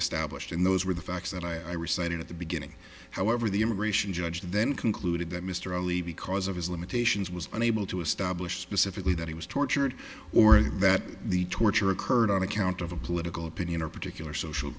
established and those were the facts that i recited at the beginning however the immigration judge then concluded that mr ali because of his limitations was unable to establish specifically that he was tortured or that the torture occurred on account of a political opinion or particular social